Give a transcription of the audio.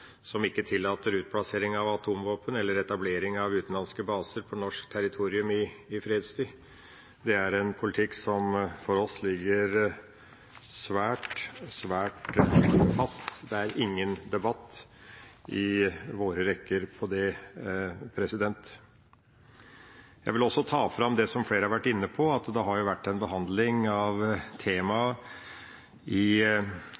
som ikke tillater utplassering av atomvåpen eller etablering av utenlandske baser på norsk territorium i fredstid. Det er en politikk som for oss ligger svært, svært fast. Det er ingen debatt i våre rekker om det. Jeg vil også ta fram det som flere har vært inne på, at det har vært behandling av temaet i